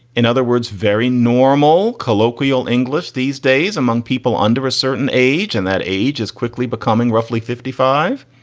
in other words, very normal colloquial english these days among people under a certain age. and that age is quickly becoming roughly fifty five.